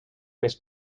més